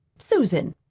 susan,